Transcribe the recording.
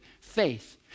faith